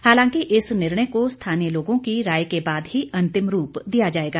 हालांकि इस निर्णय को स्थानीय लोगों की राय के बाद ही अंतिम रूप दिया जाएगा